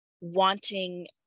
wanting